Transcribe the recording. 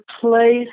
place